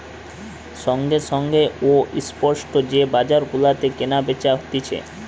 সঙ্গে সঙ্গে ও স্পট যে বাজার গুলাতে কেনা বেচা হতিছে